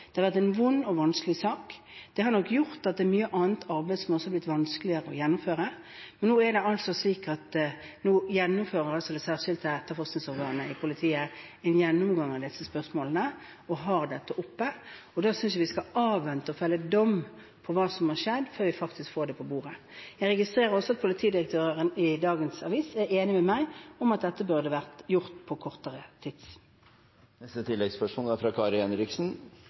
har vært en vond og vanskelig sak. Den har nok gjort at mye annet arbeid har blitt vanskeligere å gjennomføre, men nå går altså det særskilte etterforskningsorganet i politiet gjennom disse spørsmålene og har saken oppe. Da synes jeg vi skal vente med å felle dom om hva som har skjedd, til vi faktisk får det på bordet. Jeg registrerer også at politidirektøren i dagens avis er enig med meg i at dette burde vært gjort på kortere tid. Kari Henriksen – til oppfølgingsspørsmål. Jeg registrerer at både statsministeren og justisministeren er